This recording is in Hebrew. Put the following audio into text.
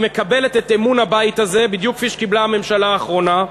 היא מקבלת את אמון הבית הזה בדיוק כפי שקיבלה הממשלה האחרונה,